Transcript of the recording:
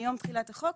מיום תחילת החוק,